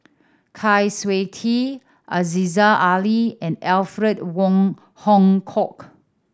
Kwa Siew Tee Aziza Ali and Alfred Wong Hong Kwok